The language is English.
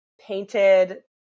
painted